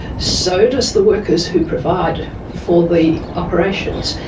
so do the workers who provide for the operations.